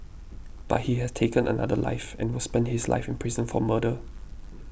but he has taken another life and will spend his life in prison for murder